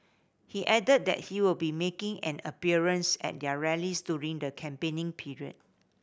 he added that he will be making an appearance at their rallies during the campaigning period